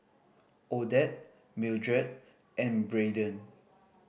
Odette Mildred and Brayden